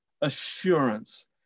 assurance